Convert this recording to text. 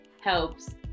helps